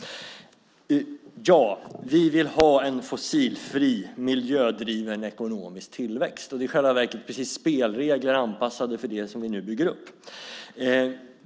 Ja, vi vill ha en fossilfri, miljödriven ekonomisk tillväxt. Det är i själva verket spelregler precis anpassade för det som vi nu bygger upp.